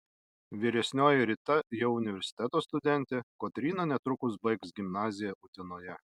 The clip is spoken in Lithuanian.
vyresnioji rita jau universiteto studentė kotryna netrukus baigs gimnaziją utenoje